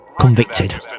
Convicted